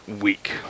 week